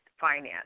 finance